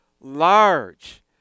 large